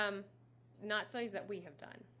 um not studies that we have done.